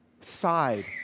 side